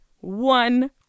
one